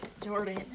Jordan